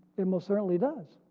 it most certainly does.